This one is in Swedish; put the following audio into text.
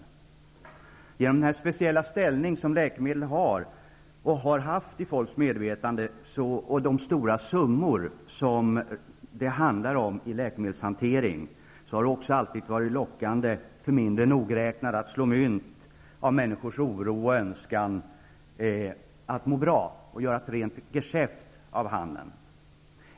På grund av den speciella ställning som läkemedel har haft och har i folks medvetande och på grund av de stora summor som det handlar om i läkemedelshanteringen har det alltid varit lockande för mindre nogräknade att slå mynt av människors oro och önskan att må bra, och det har förekommit ett rent geschäft.